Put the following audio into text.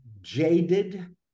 jaded